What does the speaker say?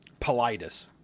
politis